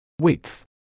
Width